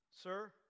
Sir